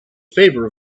favor